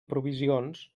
provisions